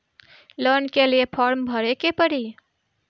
Loan के लिए form भरे के पड़ी?